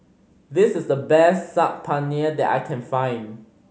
this is the best Saag Paneer that I can find